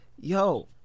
yo